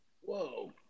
Whoa